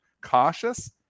Cautious